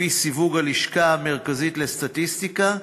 לפי סיווג הלשכה המרכזית לסטטיסטיקה,